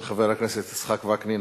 של חבר הכנסת יצחק וקנין,